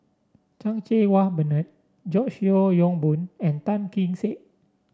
Chan Cheng Wah Bernard George Yeo Yong Boon and Tan Kee Sek